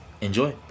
Enjoy